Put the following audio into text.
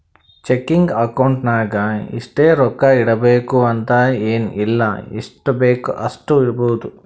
checking account ನಾಗ್ ಇಷ್ಟೇ ರೊಕ್ಕಾ ಇಡಬೇಕು ಅಂತ ಎನ್ ಇಲ್ಲ ಎಷ್ಟಬೇಕ್ ಅಷ್ಟು ಇಡ್ಬೋದ್